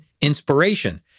inspiration